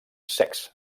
secs